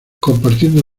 compartiendo